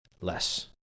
less